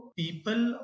people